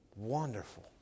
Wonderful